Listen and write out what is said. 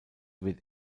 wird